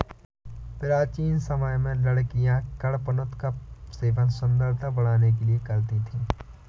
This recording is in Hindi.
प्राचीन समय में लड़कियां कडपनुत का सेवन सुंदरता बढ़ाने के लिए करती थी